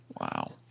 Wow